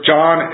John